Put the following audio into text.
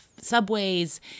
subways